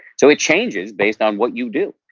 so it changes based on what you do.